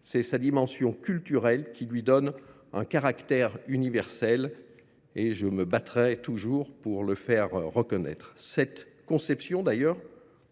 C’est sa dimension culturelle qui lui donne un caractère universel ! Je me battrai toujours pour le faire reconnaître. Cette conception